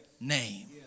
name